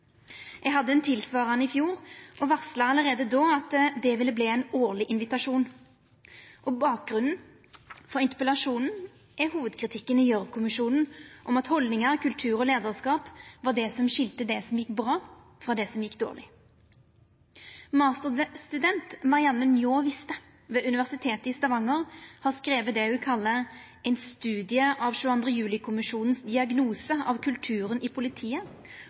Eg hadde ein tilsvarande i fjor og varsla allereie då at det ville verta ein årleg invitasjon. Bakgrunnen for interpellasjonen er hovudkritikken i Gjørv-kommisjonen om at haldningar, kultur og leiarskap var det som skilde det som gjekk bra, frå det som gjekk dårleg. Masterstudent Marianne Njå Viste ved Universitetet i Stavanger har skrive det ho kallar «En studie av 22. juli-kommisjonens diagnose av kulturen i politiet